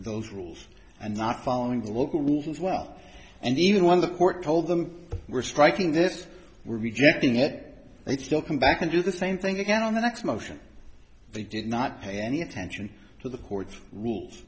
those rules and not following the local workings well and even when the court told them we're striking this were rejecting it they still come back and do the same thing again on the next motion they did not pay any attention to the court's rules